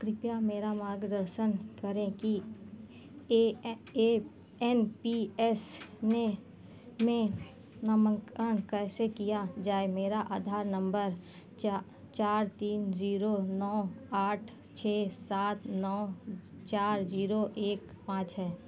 कृपया मेरा मार्गदर्शन करें कि A A N P S ने में नामांकन कैसे किया जाए मेरा आधार नम्बर चार चार तीन जीरो नौ आठ छः सात नौ चार जीरो एक पाँच है